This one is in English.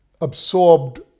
absorbed